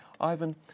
Ivan